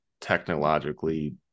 technologically